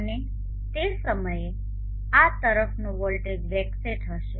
અને તે સમયે આ તરફનો વોલ્ટેજ વેકસેટ હશે